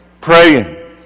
praying